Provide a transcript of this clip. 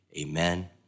amen